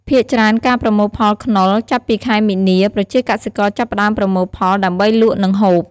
ភាគច្រើនការប្រមូលផលខ្នុរចាប់ពីខែមីនា ប្រជាកសិករចាប់ផ្តើមប្រមូលផលដើម្បីលក់និងហូប។